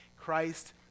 Christ